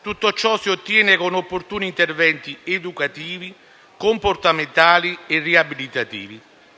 Tutto ciò si ottiene con opportuni interventi educativi, comportamentali e riabilitativi.